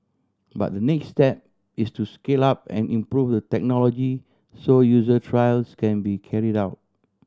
but the next step is to scale up and improve the technology so user trials can be carried out